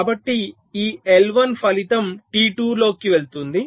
కాబట్టి ఈ I1 ఫలితం T2 కి వెళ్తుంది